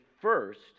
first